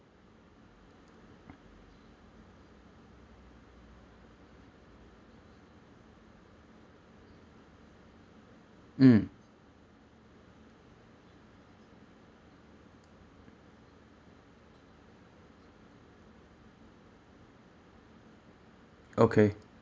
mm okay